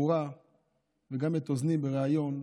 וגם את אוזני, בריאיון,